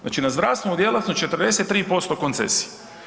Znači na zdravstvenu djelatnost 43% koncesija.